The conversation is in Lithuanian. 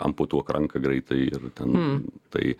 amputuok ranką greitai ir ten tai